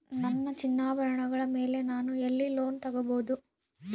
ನನ್ನ ಚಿನ್ನಾಭರಣಗಳ ಮೇಲೆ ನಾನು ಎಲ್ಲಿ ಲೋನ್ ತೊಗೊಬಹುದು?